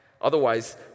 Otherwise